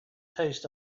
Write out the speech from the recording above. taste